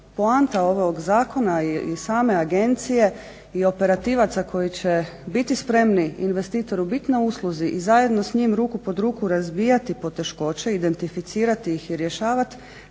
poanta ovog zakona i same agencije i operativaca koji će biti spremni investitoru biti na usluzi i zajedno s njim ruku pod ruku razbijati poteškoće, identificirati ih i rješavati